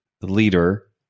leader